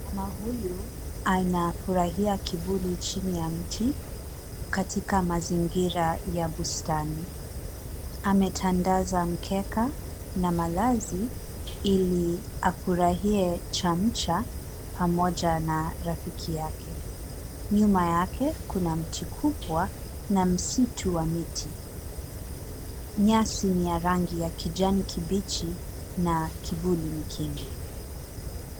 Mnyama huyu anafurahia kivuli chini ya mti katika mazingira ya bustani. Ametandaza mkeka na malazi ili afurahie chamcha pamoja na rafiki yake. Nyuma yake kuna mti kubwa na msitu wa miti. Nyasi ni ya rangi ya kijani kibichi na kivuli ni kingi.